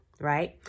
right